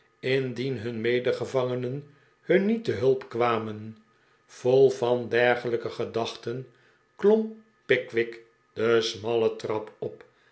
indien hun medegevangenen hun niet te hulp kwamen vol van dergelijke gedachten klom pickwick de smalle trap op